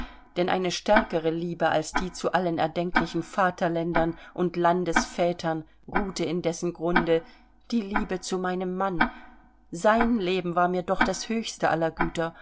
denn eine stärkere liebe als die zu allen erdenklichen vaterländern und landesvätern ruhte in dessen grunde die liebe zu meinem mann sein leben war mir doch das höchste aller güter